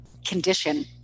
condition